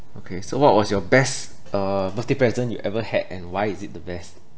okay so what was your best uh birthday present you ever had and why is it the best